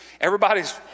everybody's